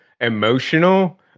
emotional